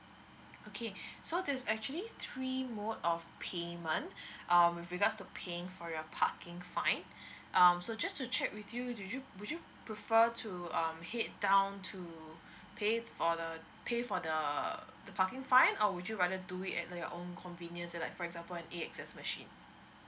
okay so there's actually three mode of payment um with regards to paying for your parking fine um so just to check with you do you would you prefer to um head down to pay for the pay for the the parking fine or would you rather do it at the your own convenience at like for example at A_X_S machine